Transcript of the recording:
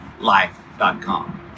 life.com